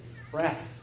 express